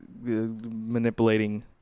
manipulating